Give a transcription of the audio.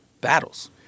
battles